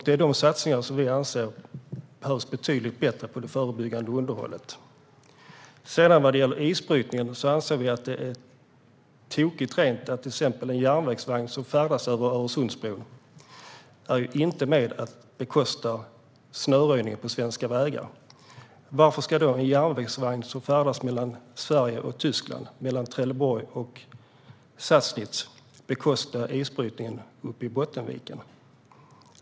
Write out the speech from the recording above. Det är pengar som vi anser behövs betydligt bättre i det förebyggande underhållet. Vad gäller isbrytningen anser vi att den är rent tokig. En järnvägsvagn som färdas över Öresundsbron är inte med och bekostar snöröjningen på svenska vägar. Varför ska då en järnvägsvagn som färdas mellan Sverige och Tyskland, mellan Trelleborg och Sassnitz, bekosta isbrytningen uppe i Bottenviken?